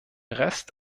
rest